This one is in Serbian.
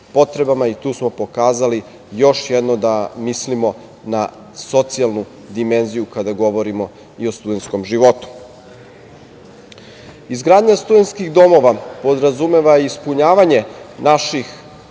Tu smo pokazali još jednom da mislimo na socijalnu dimenziju kada govorimo i o studentskom životu. Izgradnja studentskih domova podrazumeva ispunjavanje naših